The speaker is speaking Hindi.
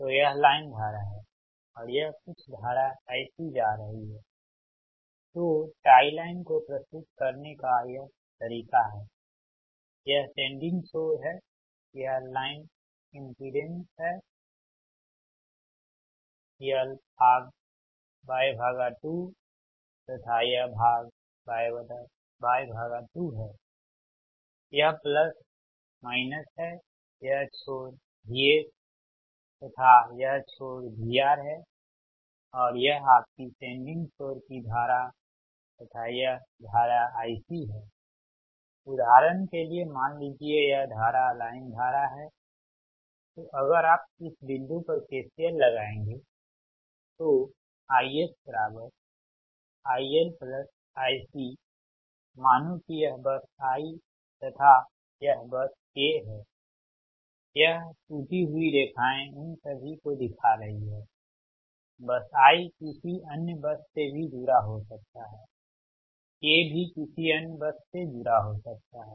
तो यह लाइन धारा है और यह कुछ धारा IC जा रही है तो टाई लाइन को प्रस्तुत करने का यह तरीका है यह सेंडिंग छोर है यह लाइन इमपिडेंस z है यह भाग Y2 तथा यह भाग Y2 है यह प्लस माइनस है यह छोर Vs तथा यह छोर VR है और यह आपकी सेंडिंग छोर की धारा तथा यह धारा IC है उदाहरण के लिए मान लीजिए यह धारा लाइन धारा है तो अगर आप इस बिंदु पर KCL लगाएंगे IS IL ICमानो की यह बस i तथा यह बस k है यह टूटी हुई रेखाएं इन सभी को दिखा रही हैं बस i किसी अन्य बस से भी जुड़ा हो सकता है k भी किसी अन्य बस से जुड़ा हो सकता है